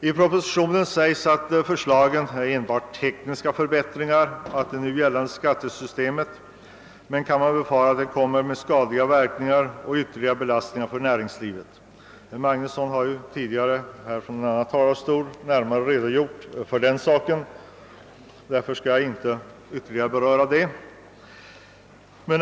I propositionen sägs att förslaget avser enbart tekniska förbättringar av det nu gällande skattesystemet. Men man kan befara att det kommer att få skadliga verkningar och utgöra ytterligare belastningar för näringslivet. Herr Magnusson i Borås har tidigare från denna talarstol redogjort för den saken, och därför skall jag icke ytterligare beröra detta.